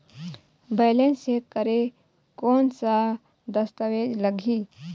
Balance check करें कोन सा दस्तावेज लगी?